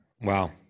Wow